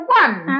one